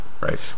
Right